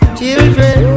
children